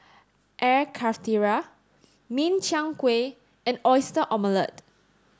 Air Karthira Min Chiang Kueh and Oyster Omelette